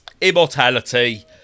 immortality